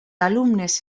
alumnes